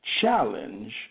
challenge